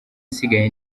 isigaye